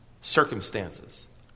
circumstances